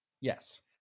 Yes